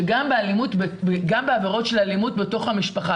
שגם בעבירות של אלימות בתוך המשפחה,